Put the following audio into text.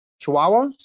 chihuahua